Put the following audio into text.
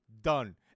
done